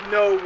no